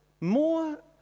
more